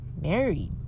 married